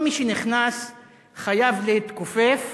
כל מי שנכנס חייב להתכופף,